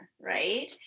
right